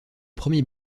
premier